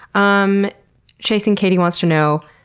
um chasing katie wants to know,